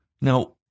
Now